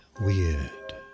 Weird